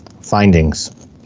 findings